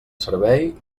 servei